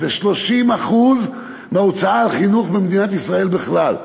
זה 30% מההוצאה על חינוך במדינת ישראל בכלל.